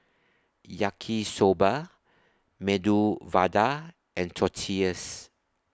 Yaki Soba Medu Vada and Tortillas